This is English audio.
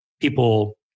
People